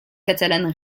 catalane